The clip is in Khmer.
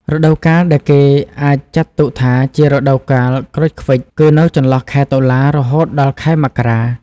រដូវកាលដែលគេអាចចាត់ទុកថាជា រដូវកាលក្រូចឃ្វិច គឺនៅចន្លោះខែ តុលា រហូតដល់ខែមករា។